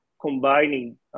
combining